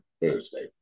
Thursday